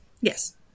Yes